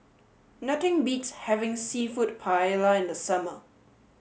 nothing beats having Seafood Paella in the summer